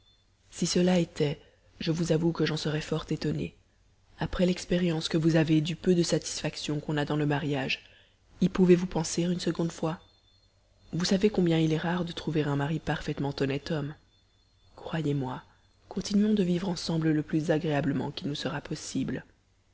si cela était je vous avoue que j'en serais fort étonnée après l'expérience que vous avez du peu de satisfaction qu'on a dans le mariage y pouvez-vous penser une seconde fois vous savez combien il est rare de trouver un mari parfaitement honnête homme croyez-moi continuons de vivre ensemble le plus agréablement qu'il nous sera possible